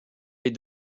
les